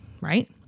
right